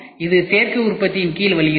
இது சேர்க்கை உற்பத்தியின் கீழ் வருகிறது